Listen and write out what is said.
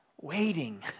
waiting